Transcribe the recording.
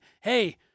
hey